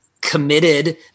committed